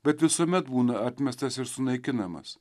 bet visuomet būna atmestas ir sunaikinamas